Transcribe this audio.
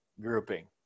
grouping